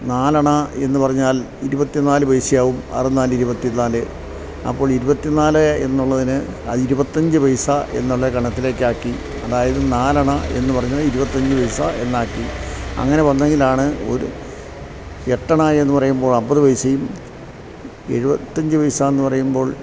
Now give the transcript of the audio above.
നാലണ എന്നു പറഞ്ഞാൽ ഇരുപത്തി നാലു പൈസയാവും ആറുനാല് ഇരുപത്തി നാല് അപ്പോൾ ഇരുപത്തി നാല് എന്നുള്ളതിന് അത് ഇരുപത്തിയഞ്ച് പൈസ എന്നുള്ള ഗണത്തിലേക്കാക്കി അതായത് നാലണ എന്ന് പറഞ്ഞാല് ഇരുപത്തിയഞ്ച് പൈസ എന്നാക്കി അങ്ങനെ വന്നെങ്കിലാണ് എട്ടണ എന്നു പറയുമ്പോൾ അമ്പത് പൈസയും എഴുപത്തിയഞ്ച് പൈസയെന്നു പറയുമ്പോൾ